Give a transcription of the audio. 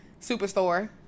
Superstore